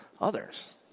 others